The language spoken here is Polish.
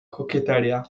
kokieteria